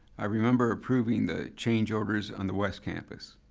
i remember approving the changeovers on the west campus.